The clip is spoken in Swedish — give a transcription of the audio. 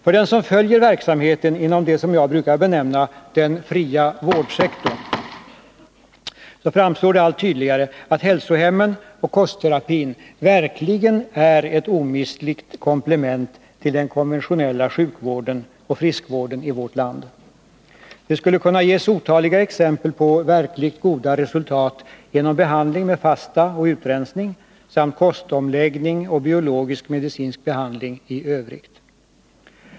För den som följer verksamheten inom det som jag brukar benämna ”den fria vårdsektorn” framstår det allt tydligare att hälsohemmen och kostterapin verkligen är ett omistligt komplement till den konventionella sjukoch friskvården i vårt land. Det skulle kunna ges otaliga exempel på verkligt goda resultat genom behandling med fasta och utrensning samt kostomläggning och biologisk-medicinsk behandling i övrigt.